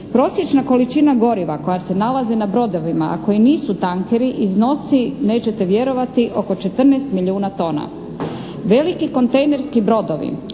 Prosječna količina goriva koja se nalazi na brodovima a koji nisu tankeri iznosi, nećete vjerovati oko 14 milijuna tona. Veliki kontejnerski brodovi